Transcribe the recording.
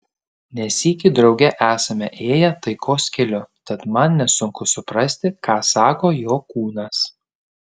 ne sykį drauge esame ėję taikos keliu tad man nesunku suprasti ką sako jo kūnas